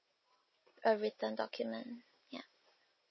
a written document ya